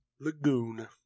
Lagoon